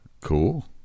Cool